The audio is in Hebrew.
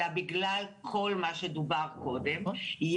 אלא בגלל כל מה שדובר קודם.